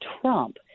Trump